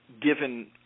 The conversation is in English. given